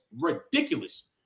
ridiculous